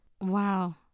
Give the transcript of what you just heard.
wow